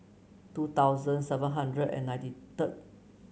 two thousand seven hundred and ninety thrird